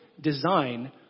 design